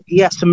yes